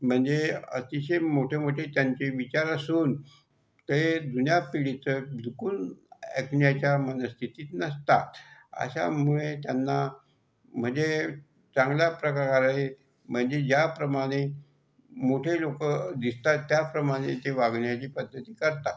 म्हणजे अतिशय मोठेमोठे त्यांचे विचार असून ते जुन्या पिढीचं बिलकुल ऐकण्याच्या मनस्थितीत नसतात अशामुळे त्यांना म्हणजे चांगल्या प्रकारे म्हणजे ज्याप्रमाणे मोठे लोकं दिसतात त्याप्रमाणे याचे वागण्याची पद्धती करतात